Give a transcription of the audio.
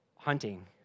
Hunting